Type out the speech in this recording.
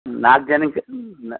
ನಾಲ್ಕು ಜನಕ್ಕೆ ನ